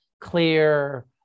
clear